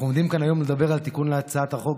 אנחנו עומדים לדבר כאן היום על תיקון, הצעת החוק